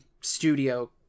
studio